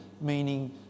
meaning